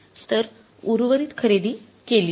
तर उर्वरित खरेदी केली जाईल